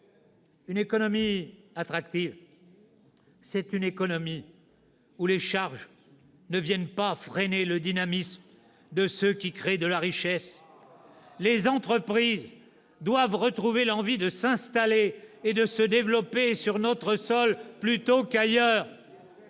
Une économie attractive, c'est une économie où les charges ne viennent pas freiner le dynamisme de ceux qui créent de la richesse. « Les entreprises doivent retrouver l'envie de s'installer et de se développer sur notre sol plutôt qu'ailleurs.